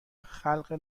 خلق